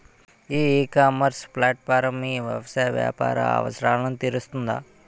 ఈ ecommerce platform మీ వ్యవసాయ వ్యాపార అవసరాలను తీరుస్తుందా?